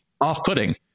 off-putting